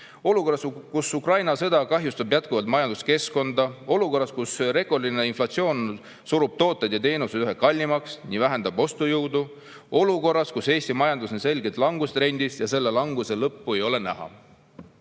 olukorras, kus Ukraina sõda kahjustab jätkuvalt majanduskeskkonda, olukorras, kus rekordiline inflatsioon surub tooted ja teenused üha kallimaks ning vähendab ostujõudu, olukorras, kus Eesti majandus on selgelt langustrendis ja selle languse lõppu ei ole näha.